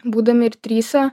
būdami ir trise